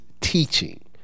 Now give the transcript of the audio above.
Teaching